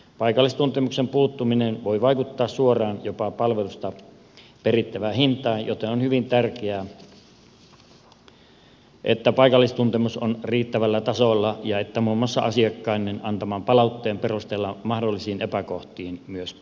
paikallistuntemuksen puuttuminen voi vaikuttaa suoraan jopa palvelusta perittävään hintaan joten on hyvin tärkeää että paikallistuntemus on riittävällä tasolla ja että muun muassa asiakkaiden antaman palautteen perusteella mahdollisiin epäkohtiin myös puututaan